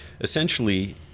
essentially